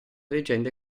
legenda